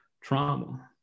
trauma